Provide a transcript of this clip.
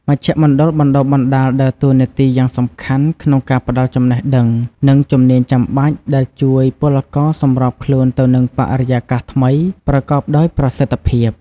មជ្ឈមណ្ឌលបណ្តុះបណ្តាលដើរតួនាទីយ៉ាងសំខាន់ក្នុងការផ្តល់ចំណេះដឹង និងជំនាញចាំបាច់ ដែលជួយពលករសម្របខ្លួនទៅនឹងបរិយាកាសថ្មីប្រកបដោយប្រសិទ្ធភាព។